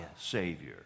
Savior